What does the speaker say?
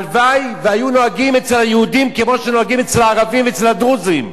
הלוואי שהיו נוהגים אצל היהודים כמו שנוהגים אצל הערבים ואצל הדרוזים.